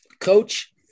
coach